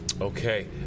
Okay